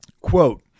quote